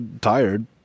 Tired